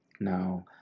Now